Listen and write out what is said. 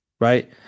right